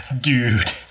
Dude